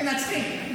מנצחים.